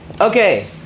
Okay